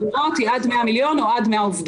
אמרתי, עד 100 מיליון או עד 100 עובדים.